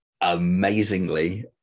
amazingly